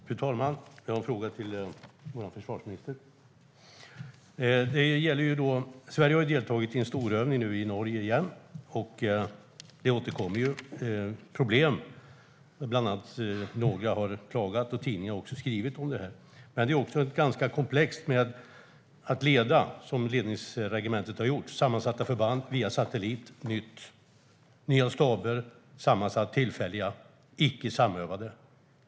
Fru talman! Jag har en fråga till vår försvarsminister. Sverige har återigen deltagit i en storövning i Norge, och det finns återkommande problem. Några personer har kommit med klagomål, och tidningar har också skrivit om detta. Det är ganska komplext att leda sammansatta förband, som Ledningsregementet har gjort, via satellit och med nya staber som är tillfälligt sammansatta och inte samövade.